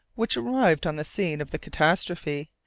which arrived on the scene of the catastrophe,